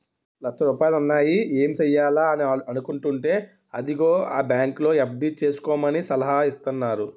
లచ్చ రూపాయలున్నాయి ఏం సెయ్యాలా అని అనుకుంటేంటే అదిగో ఆ బాంకులో ఎఫ్.డి సేసుకోమని సలహా ఇత్తన్నారు